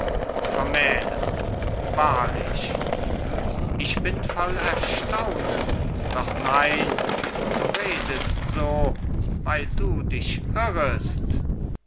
vermählen wahrlich ich bin voll erstaunen doch nein du redest so weil du dich irrest